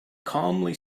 calmly